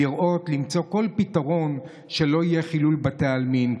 לראות איך למצוא כל פתרון כדי שלא יהיה חילול בתי עלמין,